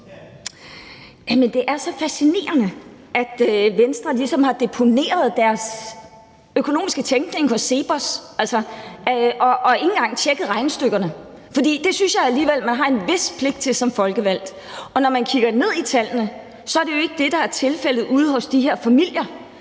det er så fascinerende, at Venstre ligesom har deponeret deres økonomiske tænkning hos CEPOS, altså, og ikke engang tjekket regnestykkerne, for det synes jeg alligevel man har en vis pligt til som folkevalgt. Og når man kigger ned i tallene, ser man, at det jo ikke er det, der er tilfældet ude hos de her familier.